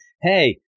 hey